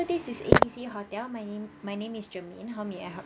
this is ABC hotel my name my name is germain how may I help